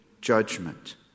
judgment